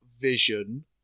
vision